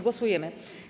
Głosujemy.